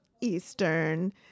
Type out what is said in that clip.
Eastern